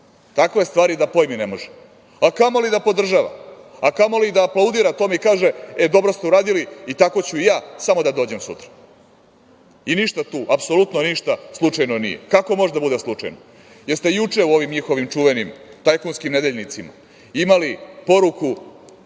takve stvari da pojmi ne može, a kamoli da podržava, a kamoli da aplaudira tome i kaže – e, dobro ste uradili i tako ću i ja samo da dođem sutra. Ništa tu, apsolutno ništa slučajno nije. Kako može da bude slučajno? Jeste juče u ovim njihovim čuvenim tajkunskim nedeljnicima imali poruku